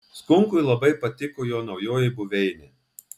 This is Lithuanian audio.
skunkui labai patiko jo naujoji buveinė